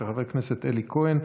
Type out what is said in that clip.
של חבר הכנסת אלי כהן,